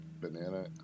banana